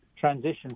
transition